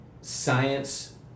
science